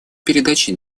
передаче